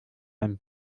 ein